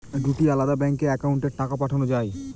দুটি আলাদা ব্যাংকে অ্যাকাউন্টের টাকা পাঠানো য়ায়?